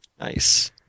Nice